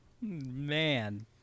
Man